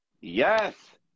Yes